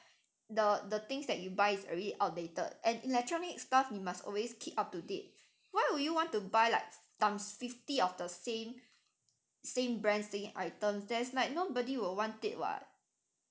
the the things that you buy is already outdated and electronic stuff you must always keep up to date why would you want to buy like times fifty of the same same brands same items there's like nobody will want it [what]